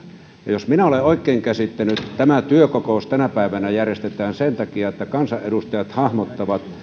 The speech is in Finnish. ja jos minä olen oikein käsittänyt tämä työkokous tänä päivänä järjestetään sen takia että kansanedustajat hahmottavat